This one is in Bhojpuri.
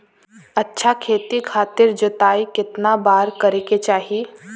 अच्छा खेती खातिर जोताई कितना बार करे के चाही?